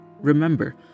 Remember